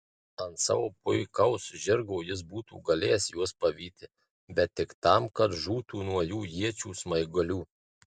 ant savo puikaus žirgo jis būtų galėjęs juos pavyti bet tik tam kad žūtų nuo jų iečių smaigalių